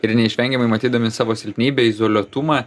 ir neišvengiamai matydami savo silpnybę izoliuotumą